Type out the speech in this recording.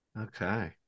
Okay